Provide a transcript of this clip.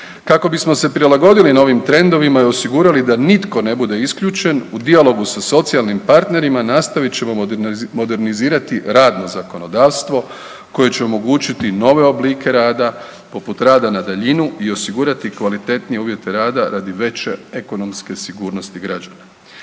Kako bismo se prilagodili novim trendovima i osigurali da nitko ne bude isključen u dijalogu sa socijalnim partnerima nastavit ćemo modernizirati radno zakonodavstvo koje će omogućiti nove oblike rada poput rada na daljinu i osigurati kvalitetnije uvjete rada radi veće ekonomske sigurnosti građana.